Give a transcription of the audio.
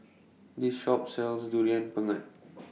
This Shop sells Durian Pengat